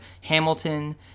Hamilton